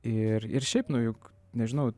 ir ir šiaip nu juk nežinau